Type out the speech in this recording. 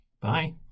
Bye